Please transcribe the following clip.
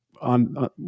on